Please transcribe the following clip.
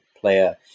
player